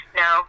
no